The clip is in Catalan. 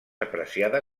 apreciada